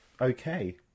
Okay